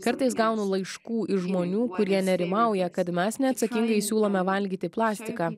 kartais gaunu laiškų iš žmonių kurie nerimauja kad mes neatsakingai siūlome valgyti plastiką